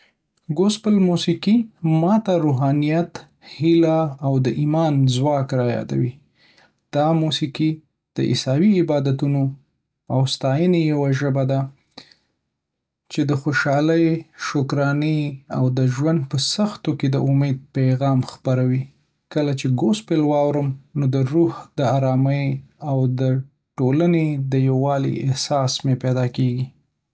ګوسپل موسیقي ما ته روحانیت، هیله، او د ایمان ځواک رايادوي. دا موسیقي د عیسوي عباداتو او ستاینې یوه ژبه ده چې د خوشحالۍ، شکرانې، او د ژوند په سختیو کې د امید پیغام خپروي. کله چې ګوسپل واورم، نو د روح د آرامۍ او د ټولنې د یووالي احساس مې پیدا کېږي.